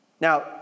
Now